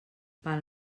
pel